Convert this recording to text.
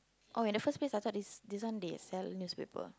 oh in the first place I thought this this one they sell newspaper